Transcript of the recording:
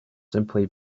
simply